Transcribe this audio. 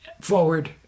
forward